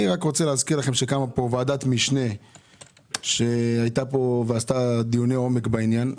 אני רוצה להזכיר לכם שקמה פה ועדת משנה שערכה דיוני עומק בנושא.